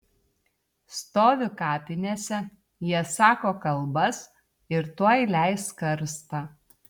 stovi kapinėse jie sako kalbas ir tuoj leis karstą